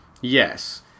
Yes